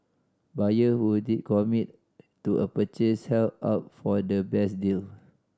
buyer who did commit to a purchase held out for the best deal